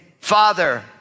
Father